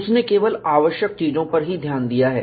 उसने केवल आवश्यक चीजों पर ही ध्यान दिया है